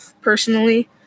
personally